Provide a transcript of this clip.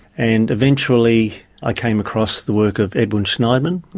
and eventually i came across the work of edwin shneidman,